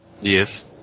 Yes